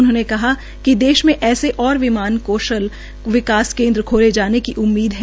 उन्होंने कहा कि देश में ऐसे और विमानन कौशल विकास केन्द्र खोले जाने की उम्मीद है